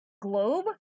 globe